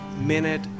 minute